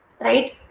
right